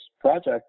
project